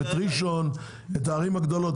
את ראשון את הערים הגדולות.